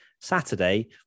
Saturday